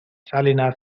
salinas